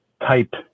type